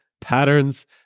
patterns